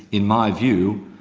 in my view,